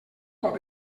cop